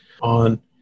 on